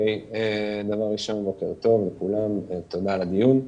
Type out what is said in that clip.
דבר ראשון, בוקר טוב לכולם ותודה על הדיון.